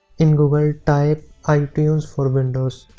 in google type type itunes for windows